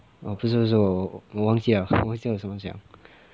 不是不是我我忘记了我忘记我怎么讲